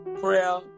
prayer